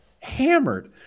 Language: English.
hammered